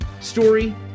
story